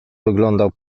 wyglądał